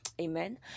Amen